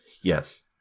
Yes